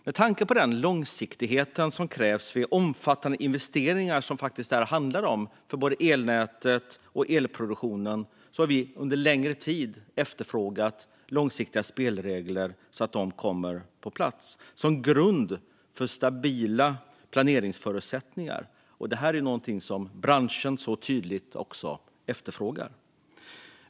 Med tanke på den långsiktighet som krävs vid de omfattande investeringar som det handlar om för både elnätet och elproduktionen har vi under en lägre tid efterfrågat långsiktiga spelregler som grund för stabila planeringsförutsättningar. Detta är också något som branschen tydligt efterfrågar.